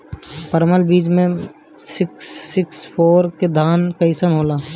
परमल बीज मे सिक्स सिक्स फोर के धान कईसन होला?